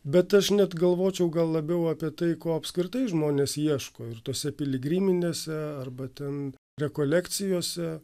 bet aš net galvočiau gal labiau apie tai ko apskritai žmonės ieško ir tose piligriminėse arba ten rekolekcijose